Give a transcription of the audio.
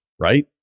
right